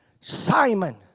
Simon